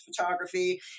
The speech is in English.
photography